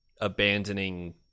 abandoning